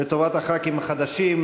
לטובת חברי הכנסת החדשים,